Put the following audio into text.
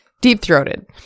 Deep-throated